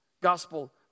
Gospel